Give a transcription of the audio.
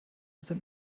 sind